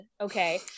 Okay